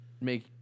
make